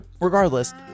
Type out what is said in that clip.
regardless